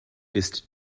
ist